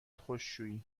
خشکشویی